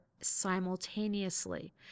simultaneously